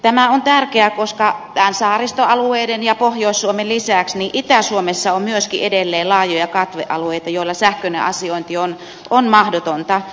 tämä on tärkeää koska näiden saaristoalueiden ja pohjois suomen lisäksi myöskin itä suomessa on edelleen laajoja katvealueita joilla sähköinen asiointi on mahdotonta